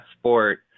sport